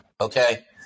okay